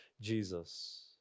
Jesus